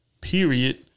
period